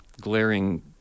glaring